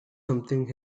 something